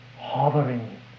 Hovering